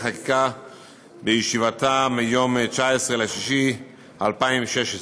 חקיקה בישיבתה ביום 19 ביוני 2016,